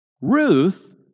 Ruth